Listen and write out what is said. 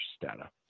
data